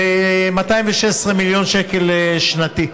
זה 216 מיליון שקל, שנתי.